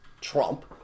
Trump